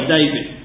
David